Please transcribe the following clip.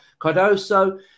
Cardoso